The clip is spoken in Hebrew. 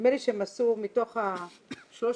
נדמה לי שמתוך ה-3,000,